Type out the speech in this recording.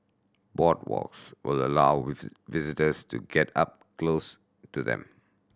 boardwalks will allow visitors to get up close to them